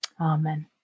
Amen